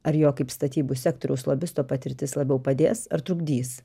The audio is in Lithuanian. ar jo kaip statybų sektoriaus lobisto patirtis labiau padės ar trukdys